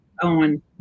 on